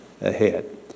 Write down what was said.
ahead